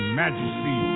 majesty